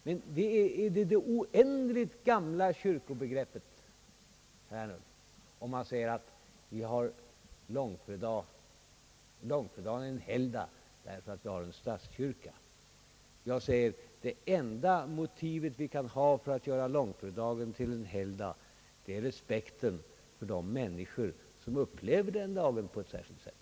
Det är det oändligt gamla kyrkobegreppet, herr Ernulf, som ligger bakom talet om att långfredagen hos oss är helgdag därför att vi har statskyrka. Jag säger att det enda motivet vi har för att låta långfredagen vara helgdag är respekten för de människor som upplever den dagen på ett särskilt sätt.